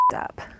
up